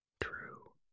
True